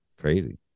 Crazy